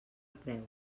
preu